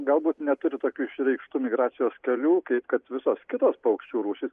galbūt neturi tokių išreikštų migracijos kelių kaip kad visos kitos paukščių rūšys